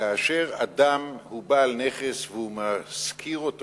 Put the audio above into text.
כאשר אדם הוא בעל נכס והוא משכיר אותו